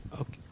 Okay